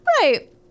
Right